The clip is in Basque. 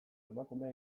emakume